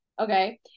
okay